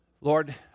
Lord